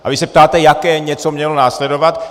A vy se ptáte, jaké něco mělo následovat?